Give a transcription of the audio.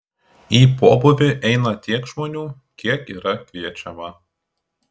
į pobūvį eina tiek žmonių kiek yra kviečiama